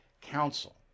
council